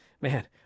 man